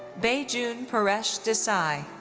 baijun paresh desai,